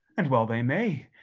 and well they may,